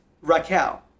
Raquel